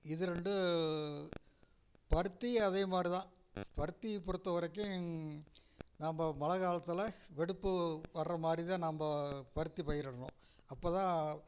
இது ரெண்டும் பருத்தியும் அதேமாதிரி தான் பருத்தி பொறுத்தவரைக்கும் நம்ம மழைக்காலத்தில் வெடிப்பு வர்ற மாதிரிதான் நம்ம பருத்தி பயிரிடணும் அப்போதான்